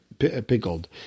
pickled